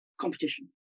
competition